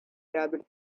tablet